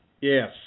Yes